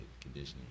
conditioning